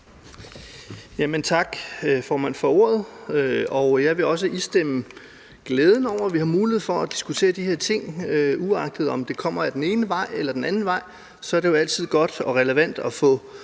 den glæde, der er blevet givet udtryk for, over, at vi har mulighed for at diskutere de her ting. Uagtet om det kommer af den ene eller den anden vej, så er det jo altid godt at få